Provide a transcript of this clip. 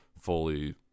fully